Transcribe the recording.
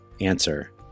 answer